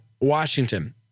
Washington